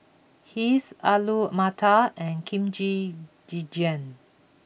Kheer Alu Matar and Kimchi Jjigae